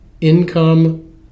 income